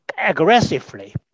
aggressively